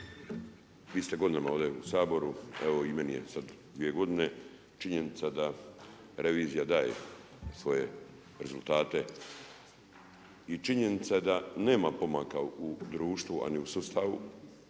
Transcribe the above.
vi ste godinama ovdje u Saboru, evo i meni je sad dvije godine. Činjenica da revizija daje svoje rezultate i činjenica je da nema pomaka u društvu, a ni u sustavu